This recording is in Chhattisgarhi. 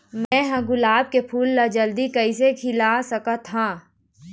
मैं ह गुलाब के फूल ला जल्दी कइसे खिला सकथ हा?